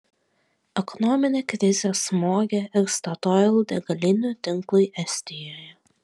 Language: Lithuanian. ekonominė krizė smogė ir statoil degalinių tinklui estijoje